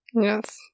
Yes